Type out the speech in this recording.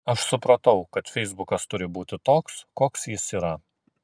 aš supratau kad feisbukas turi būti toks koks jis yra